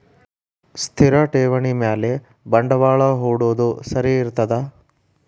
ಸ್ಥಿರ ಠೇವಣಿ ಮ್ಯಾಲೆ ಬಂಡವಾಳಾ ಹೂಡೋದು ಸರಿ ಇರ್ತದಾ?